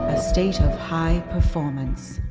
ah state of high performance.